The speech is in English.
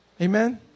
Amen